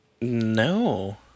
no